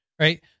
right